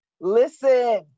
listen